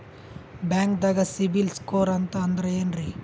ಬ್ಯಾಂಕ್ದಾಗ CIBIL score ಅಂತ ಅಂದ್ರೆ ಏನ್ರೀ?